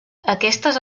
aquestes